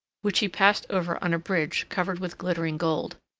which he passed over on a bridge covered with glittering gold.